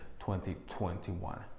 2021